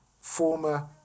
former